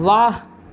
वाह